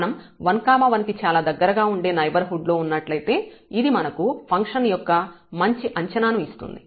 మనం 1 1 కి చాలా దగ్గరగా ఉండే నైబర్హుడ్ లో ఉన్నట్లయితే ఇది మనకు ఫంక్షన్ యొక్క మంచి అంచనాను ఇస్తుంది